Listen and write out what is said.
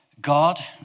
God